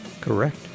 Correct